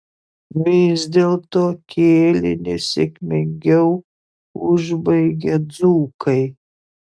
vis dėlto kėlinį sėkmingiau užbaigė dzūkai